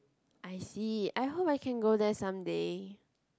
I see I hope I can go there someday